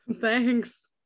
thanks